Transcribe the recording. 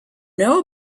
know